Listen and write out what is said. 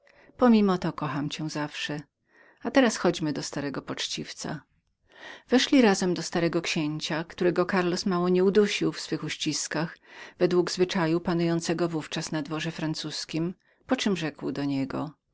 pomimo to kocham cię zawsze a teraz chodźmy do starego poczciwca weszli razem do starego księcia którego karlos mało nie udusił w swych uściskach według panującego w ówczas zwyczaju na dworze francuzkim poczem rzekł do niego